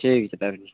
ठीक छै तब